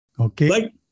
Okay